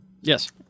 Yes